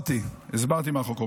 הסברתי, הסברתי מה החוק אומר.